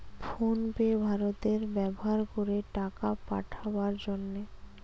phone pay ভারতে ব্যাভার করে টাকা পাঠাবার জন্যে